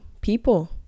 people